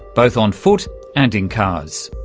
both on foot and in cars.